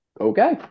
Okay